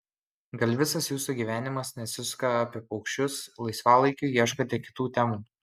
gal visas jūsų gyvenimas nesisuka apie paukščius laisvalaikiu ieškote kitų temų